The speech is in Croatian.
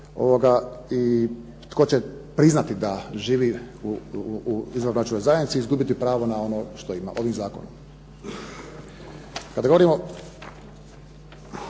I tko će priznati u izvanbračnoj zajednici, izgubiti pravo na ono što ima ovim zakonom. Kad govorimo